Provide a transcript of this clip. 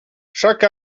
chaque